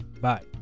Bye